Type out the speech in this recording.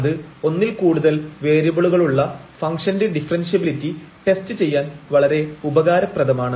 അത് ഒന്നിൽ കൂടുതൽ വേരിയബിളുകളുള്ള ഫംഗ്ഷന്റെ ഡിഫറെൻഷ്യബിലിറ്റി ടെസ്റ്റ് ചെയ്യാൻ വളരെ ഉപകാരപ്രദമാണ്